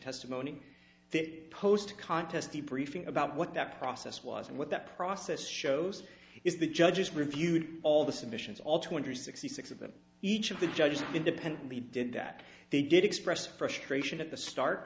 testimony that post contest the briefing about what that process was and what that process shows is the judges reviewed all the submissions all two hundred sixty six of them each of the judges independently did that they did express frustration at the start